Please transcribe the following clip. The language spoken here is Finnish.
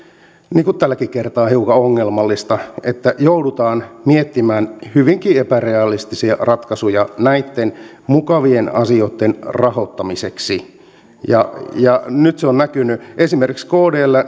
niin kuin tälläkin kertaa hiukan ongelmallista että joudutaan miettimään hyvinkin epärealistisia ratkaisuja näitten mukavien asioitten rahoittamiseksi ja ja nyt se on näkynyt esimerkiksi kdllä